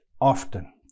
often